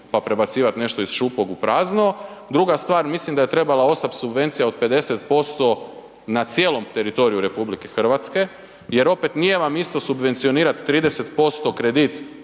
pa prebacivat nešto iz šupljeg u prazno, druga stvar, mislim da je trebala ostati subvencija od 50% na cijelom teritoriju RH jer opet nije vam isto subvencionirat 30% kredit